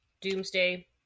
doomsday